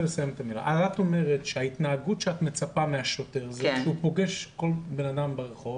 את אומרת שההתנהגות שאת מצפה מהשוטר זה שכאשר הוא פוגש בן אדם ברחוב